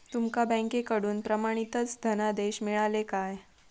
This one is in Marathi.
तुमका बँकेकडून प्रमाणितच धनादेश मिळाल्ले काय?